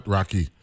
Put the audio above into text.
Rocky